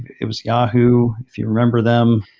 it was yahoo, if you remember them,